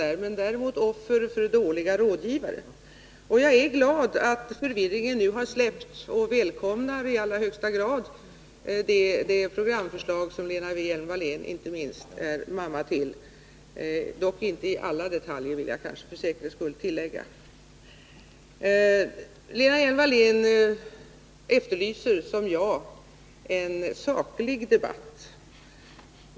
Däremot har de varit offer för dåliga rådgivare. Jag är glad att förvirringen nu har släppt och välkomnar i allra högsta grad det programförslag som inte minst Lena Hjelm-Wallén är mamma till — dock inte i alla detaljer, vill jag kanske för säkerhets skull tillägga. Lena Hjelm-Wallén efterlyser som jag en saklig debatt.